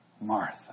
Martha